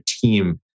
team